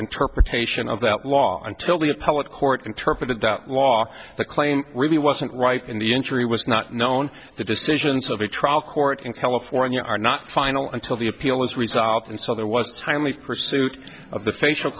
interpretation of that law until the appellate court interpreted that law the claim really wasn't right in the injury was not known the decisions of a trial court in california are not final until the appeal is resolved and so there was timely pursuit of the facial